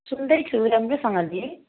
सुन्दैछु राम्रोसँगले